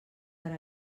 per